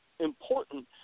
important